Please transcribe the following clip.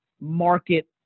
market